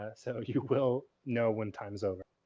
ah so you will know when time is over.